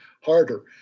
harder